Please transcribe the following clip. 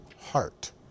heart